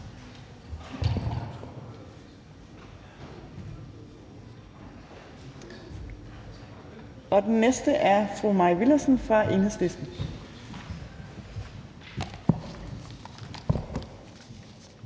Den næste er fru Mai Villadsen fra Enhedslisten.